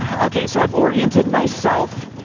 ah okay, so i've oriented myself,